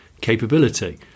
capability